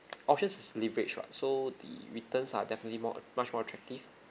options is leverage [what] so the returns are definitely more uh much more attractive